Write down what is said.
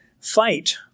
fight